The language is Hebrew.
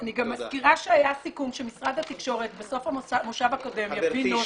אני גם מזכירה שהיה סיכום שמשרד התקשורת בסוף המושב הקודם יביא נוסח.